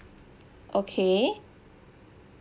okay